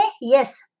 yes